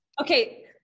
Okay